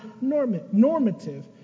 normative